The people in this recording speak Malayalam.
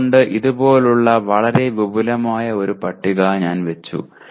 അതുകൊണ്ട് ഇതുപോലുള്ള വളരെ വിപുലമായ ഒരു പട്ടിക ഞാൻ വെച്ചു